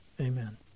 Amen